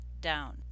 down